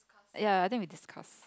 ya I think we discussed